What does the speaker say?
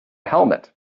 helmet